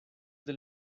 del